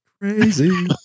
Crazy